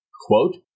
Quote